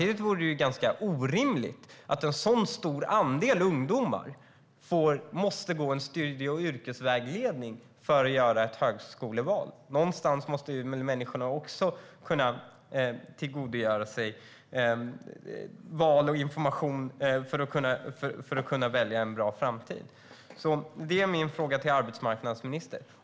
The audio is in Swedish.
Det verkar orimligt att så många ungdomar måste få studie och yrkesvägledning för att göra sitt högskoleval. Människor måste ju själva kunna tillgodogöra sig information för att kunna välja en bra framtid.